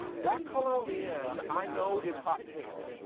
that color on the end i know is hot pink.